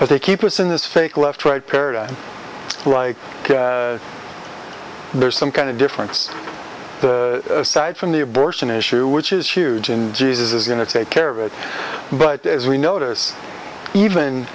as they keep us in this fake left right paradigm like there's some kind of difference aside from the abortion issue which is huge and jesus is going to take care of it but as we notice even